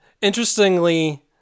Interestingly